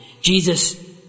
Jesus